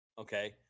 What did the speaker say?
okay